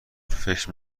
فکر